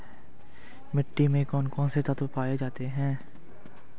मिट्टी में कौन कौन से तत्व पाए जाते हैं?